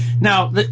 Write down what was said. Now